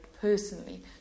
personally